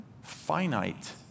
finite